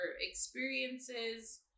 experiences